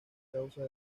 causa